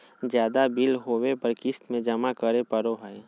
ज्यादा बिल होबो पर क़िस्त में जमा करे पड़ो हइ